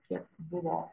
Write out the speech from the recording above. kiek buvo